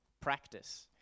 practice